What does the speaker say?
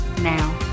now